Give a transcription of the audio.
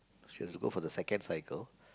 she has go for the second cycle